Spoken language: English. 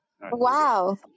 Wow